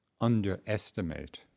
underestimate